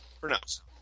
pronounced